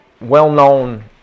well-known